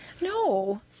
No